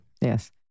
Yes